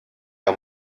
der